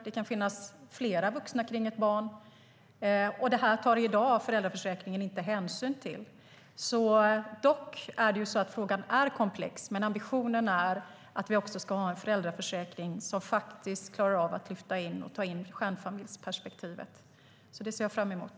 Det kan finnas flera vuxna kring ett barn. Detta tar i dag föräldraförsäkringen inte hänsyn till. Frågan är komplex, men ambitionen är att vi ska ha en föräldraförsäkring som faktiskt klarar av att lyfta in stjärnfamiljsperspektivet. Det ser jag fram emot.